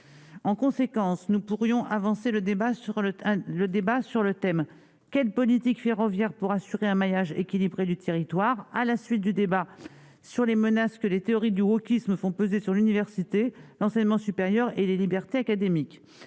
En conséquence, nous pourrions avancer le débat sur le thème :« Quelle politique ferroviaire pour assurer un maillage équilibré du territoire ?» à la suite du débat sur les menaces que les théories du wokisme font peser sur l'université, l'enseignement supérieur et les libertés académiques.